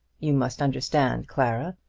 you must understand, clara,